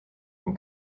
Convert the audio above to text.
from